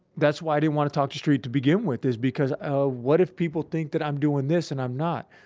that's why i didn't want to talk to street to begin with is because of what if people think that i'm doing this and i'm not.